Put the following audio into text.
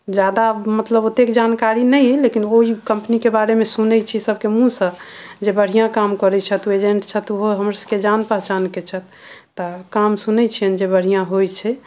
जादा मतलब ओतेक जानकारी नहि अइ लेकिन ओहि कम्पनीके बारे मे सुनै छियै सबके मुँह सऽ जे बढ़िऑं काम करै छैथ ओ एजेंट छथि ओहो हमर सबके जान पहचान के छथि तऽ काम सुनै छियनि जे बढ़िऑं होइ छै